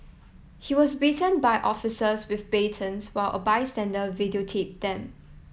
he was beaten by officers with batons while a bystander videotaped them